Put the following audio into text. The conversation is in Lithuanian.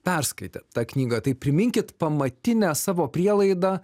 perskaitę tą knygą tai priminkit pamatinę savo prielaidą